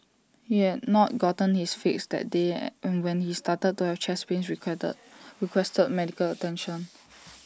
he had not gotten his fix that day and when he started to have chest pains requested medical attention